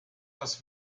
das